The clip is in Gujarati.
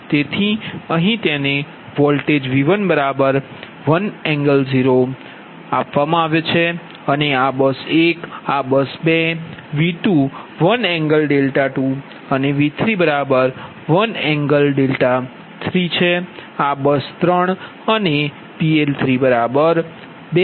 તેથી અહીં તેને વોલ્ટેજ V11L0 આપવામાં આવે છે અને આ બસ 1 આ બસ 2 V21L2 અને V31L3છે આ બસ 3 અને PL32